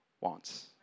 wants